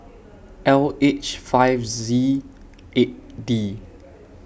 L H five Z eight D